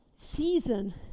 season